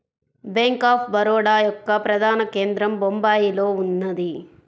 bank of Baroda యొక్క ప్రధాన కేంద్రం బొంబాయిలో ఉన్నది